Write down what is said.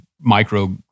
micro